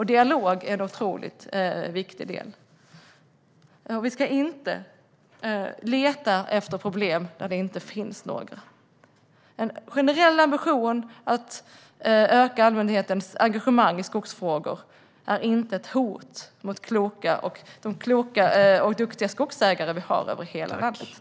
Dialog är en otroligt viktig del. Vi ska inte leta efter problem där det inte finns några. En generell ambition att öka allmänhetens engagemang i skogsfrågor är inte ett hot mot de kloka och duktiga skogsägare vi har i hela landet.